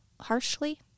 harshly